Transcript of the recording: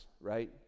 right